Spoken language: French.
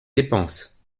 dépense